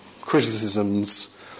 criticisms